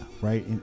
right